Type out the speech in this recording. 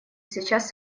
сейчас